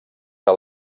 que